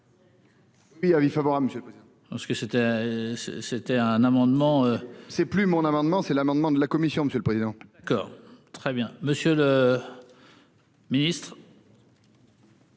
Oui. Avis favorable, Monsieur. Parce que c'était. C'était un amendement. C'est plus mon amendement, c'est l'amendement de la commission, monsieur le président. D'accord très bien. Monsieur le. Mais.